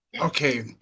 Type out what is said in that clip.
Okay